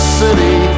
city